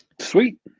Sweet